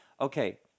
okay